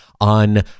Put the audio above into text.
on